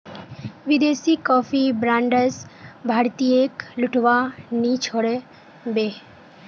विदेशी coffee brands भारतीयेक लूटवा नी छोड़ बे